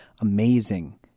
amazing